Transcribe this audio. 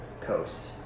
coast